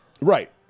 Right